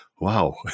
wow